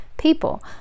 People